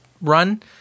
run